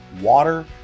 water